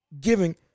giving